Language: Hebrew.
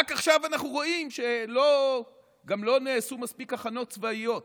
רק עכשיו אנחנו רואים שגם לא נעשו מספיק הכנות צבאיות,